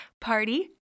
Party